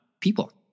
people